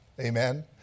Amen